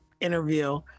interview